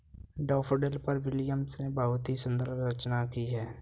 daffodil पर William ने बहुत ही सुंदर रचना की है